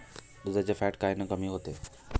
दुधाचं फॅट कायनं कमी होते?